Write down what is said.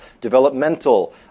developmental